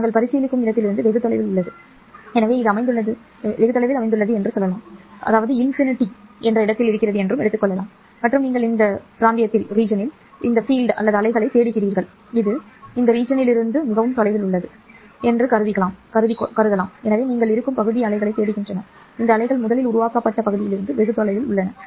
நாங்கள் பரிசீலிக்கும் இடத்திலிருந்து வெகு தொலைவில் உள்ளது எனவே இது அமைந்துள்ளது என்று சொல்லலாம் முடிவிலி மற்றும் நீங்கள் இந்த பிராந்தியத்தில் புலங்கள் அல்லது அலைகளைத் தேடுகிறீர்கள் இது பிராந்தியத்திலிருந்து மிகவும் தொலைவில் உள்ளது அல்லது சரி என்று கருதுகிறது எனவே நீங்கள் இருக்கும் பகுதி அலைகளைத் தேடுகின்றன இந்த அலைகள் முதலில் உருவாக்கப்பட்ட பகுதியிலிருந்து வெகு தொலைவில் உள்ளன